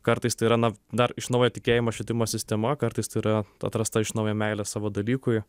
kartais tai yra na dar iš naujo tikėjimo švietimo sistema kartais tai yra atrasta iš naujo meilė savo dalykui